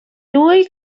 lui